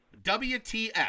WTF